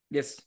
Yes